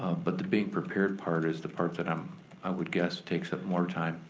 ah but the being prepared part is the part that um i would guess takes up more time.